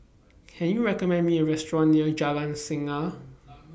Can YOU recommend Me A Restaurant near Jalan Tenaga